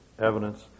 evidence